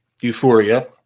euphoria